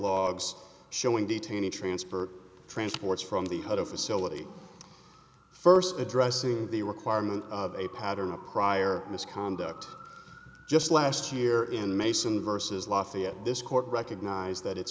logs showing detainee transport transports from the how to facility first addressing the requirement of a pattern of prior misconduct just last year in mason versus lafayette this court recognized that it's